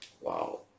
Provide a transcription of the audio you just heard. Wow